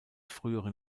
früheren